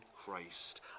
Christ